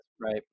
right